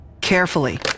Carefully